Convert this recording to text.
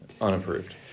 Unapproved